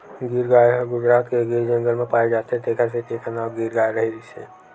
गीर गाय ह गुजरात के गीर जंगल म पाए जाथे तेखर सेती एखर नांव गीर गाय परिस हे